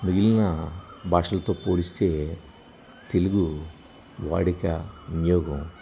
మిగిలిన భాషలతో పోలిస్తే తెలుగు వాడుక వినియోగం